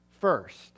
first